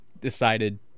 decided